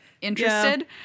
interested